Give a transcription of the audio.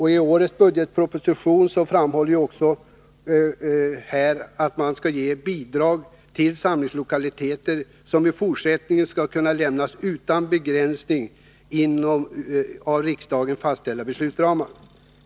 I årets budgetproposition föreslås att bidrag till samlingslokaliteter i fortsättningen skall kunna lämnas utan begränsning inom av riksdagen fastlagda beslutsramar.